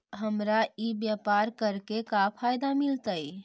हमरा ई व्यापार करके का फायदा मिलतइ?